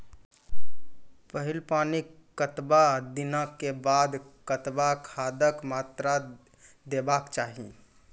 पहिल पानिक कतबा दिनऽक बाद कतबा खादक मात्रा देबाक चाही?